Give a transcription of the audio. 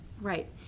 Right